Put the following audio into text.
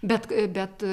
bet bet